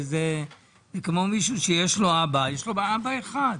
זה כמו מישהו שיש לו אבא, יש לו אבא אחד.